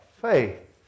faith